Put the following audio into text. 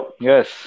Yes